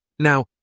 Now